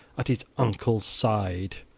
at his uncle's side.